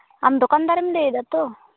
ᱟᱢ ᱫᱚᱠᱟᱱᱫᱟᱨᱮᱢ ᱞᱟᱹᱭᱫᱟᱛᱚ